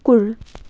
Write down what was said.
कुकुर